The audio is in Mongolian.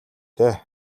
дээ